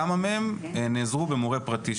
כמה מהם נעזרו במורה פרטי,